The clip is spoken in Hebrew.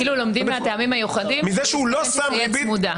כאילו לומדים מהטעמים המיוחדים שזאת ריבית צמודה.